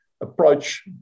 approach